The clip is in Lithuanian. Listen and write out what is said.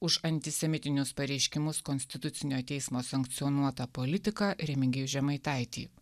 už antisemitinius pareiškimus konstitucinio teismo sankcionuotą politiką remigijų žemaitaitį